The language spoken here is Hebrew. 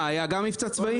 היה גם אז מבצע צבאי?